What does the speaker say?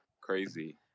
crazy